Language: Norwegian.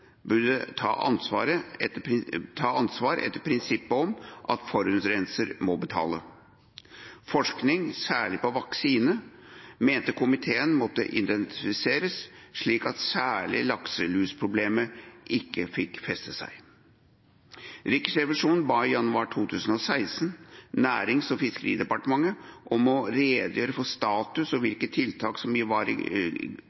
burde ta ansvar etter prinsippet om at forurenser må betale. Forskningen, særlig på vaksine, mente komiteen måtte intensiveres, slik at spesielt lakselusproblemet ikke fikk feste seg. Riksrevisjonen ba i januar 2016 Nærings- og fiskeridepartementet om å redegjøre for status og